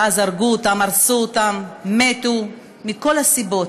שאז הרגו אותם, הרסו אותם, מתו מכל הסיבות,